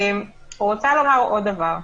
אני רוצה לומר עוד דבר.